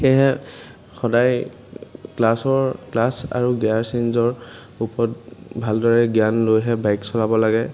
সেয়েহে সদায় ক্লাছৰ ক্লাটছ আৰু গেয়াৰ চেঞ্জৰ ওপত ভালদৰে জ্ঞান লৈহে বাইক চলাব লাগে